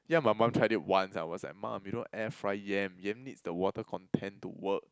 yeah my mum tried it once I was like mum you don't air fry yam yam needs the water content to work